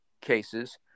cases